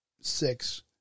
six